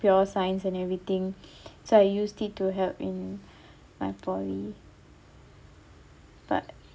pure science and everything so I use it to help in my poly but